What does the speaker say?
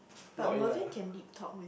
but Mervin can deep talk